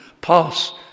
pass